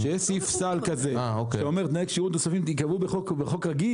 כשאין סעיף סל כזה שאומר שתנאי כשירות נוספים יקבעו בחוק רגיל,